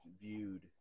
viewed